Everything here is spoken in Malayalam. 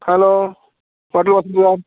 hello hotel Vasant Vihar